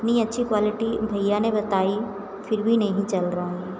इतनी अच्छी क्वालिटी भैया ने बताई फिर भी नहीं चल रहा है